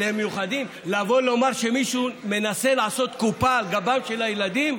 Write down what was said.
לבוא לומר שמישהו מנסה לעשות קופה על גבם של הילדים,